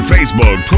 Facebook